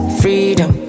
freedom